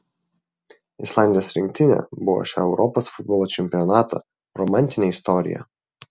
islandijos rinktinė buvo šio europos futbolo čempionato romantinė istorija